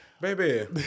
Baby